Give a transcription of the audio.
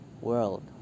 world